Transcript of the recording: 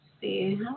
see